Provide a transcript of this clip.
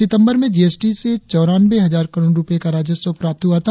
सितंबर में जीएसटी से चौरानवें हजार करोड़ रुपये का राजस्व प्राप्त हुआ था